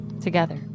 together